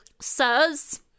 sirs